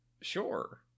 Sure